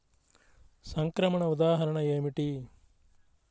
సంక్రమణ ఉదాహరణ ఏమిటి?